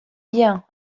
bien